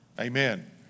Amen